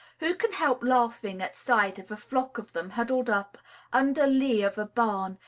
who can help laughing at sight of a flock of them huddled up under lee of a barn,